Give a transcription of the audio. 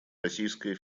российская